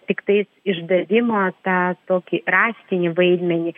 tiktais išdavimo tą tokį raštinį vaidmenį